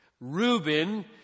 Reuben